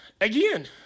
again